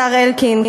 השר אלקין,